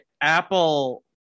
Apple